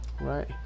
Right